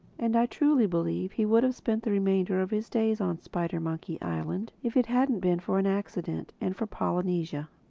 and i truly believe he would have spent the remainder of his days on spidermonkey island if it hadn't been for an accident and for polynesia.